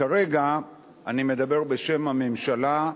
כרגע אני מדבר בשם הממשלה,